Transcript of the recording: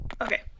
Okay